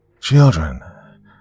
Children